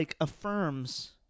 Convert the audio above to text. affirms